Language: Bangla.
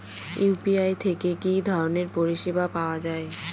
ইউ.পি.আই থেকে কি ধরণের পরিষেবা পাওয়া য়ায়?